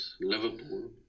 Liverpool